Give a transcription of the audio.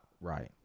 right